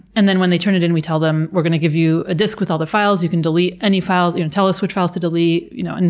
and then when they turn it in we tell them, we're going to give you a disc with all the files. you can delete any files, or and tell us which files to delete, you know. and